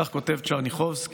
כך כותב טשרניחובסקי,